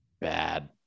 bad